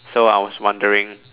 so I was wondering